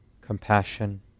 compassion